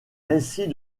récit